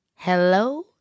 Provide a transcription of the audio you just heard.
Hello